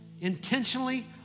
intentionally